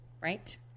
right